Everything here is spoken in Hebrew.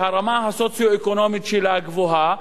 שהרמה הסוציו-אקונומית שלה גבוהה,